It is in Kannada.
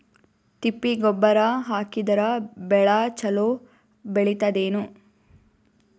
ತಿಪ್ಪಿ ಗೊಬ್ಬರ ಹಾಕಿದರ ಬೆಳ ಚಲೋ ಬೆಳಿತದೇನು?